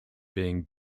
being